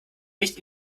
nicht